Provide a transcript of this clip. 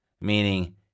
Meaning